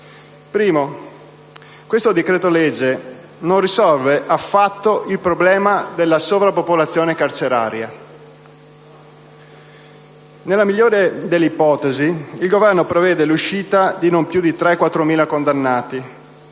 luogo, questo decreto-legge non risolve affatto il problema della sovrappopolazione carceraria. Nella migliore delle ipotesi il Governo prevede l'uscita di non più di 3.000-4.000 condannati,